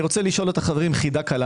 אני רוצה לשאול את החברים חידה קלה